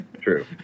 True